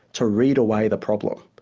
to read away the problem.